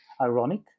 ironic